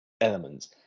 elements